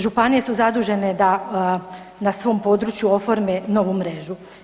Županije su zadužene da na svom području oforme novu mrežu.